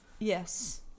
Yes